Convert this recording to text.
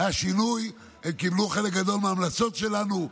היה שינוי, הם קיבלו חלק גדול מההמלצות שלנו.